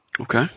Okay